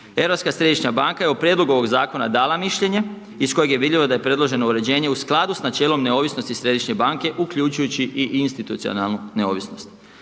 Europska središnja banka je u prijedlogu ovog zakona dala mišljenje iz kojeg je vidljivo da je preloženo uređenje u skladu sa načelom neovisnosti Središnje banke, uključujući i institucionalnu neovisnost.